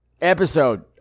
episode